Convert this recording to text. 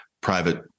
private